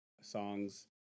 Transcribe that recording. songs